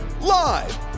Live